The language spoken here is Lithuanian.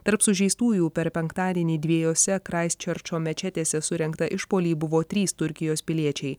tarp sužeistųjų per penktadienį dviejose kraistčerčo mečetėse surengtą išpuolį buvo trys turkijos piliečiai